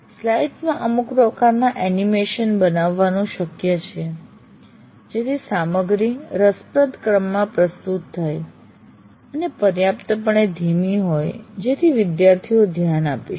slides માં અમુક પ્રકારના એનિમેશન બનાવવાનું શક્ય છે જેથી સામગ્રી રસપ્રદ ક્રમમાં પ્રસ્તુત થાય અને પર્યાપ્ત પણે ધીમી હોય જેથી વિદ્યાર્થીઓ ધ્યાન આપી શકે